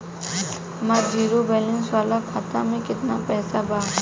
हमार zero balance वाला खाता में केतना पईसा बा?